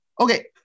Okay